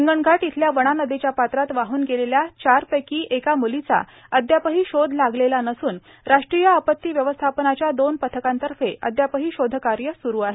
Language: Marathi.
हिंगणघाट इथल्या वणा नदीच्या पात्रात वाहन गेलेल्या चारपैकी एका मुलीचा अदयापही शोध लागलेला नसून राष्ट्रीय आपती व्यवस्थापनाच्या दोन पथकांतर्फे अदयापही शोधकार्य सुरू आहे